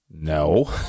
No